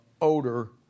odor